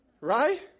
right